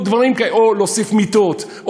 או להוסיף מיטות,